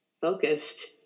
focused